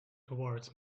towards